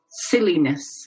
silliness